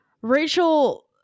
Rachel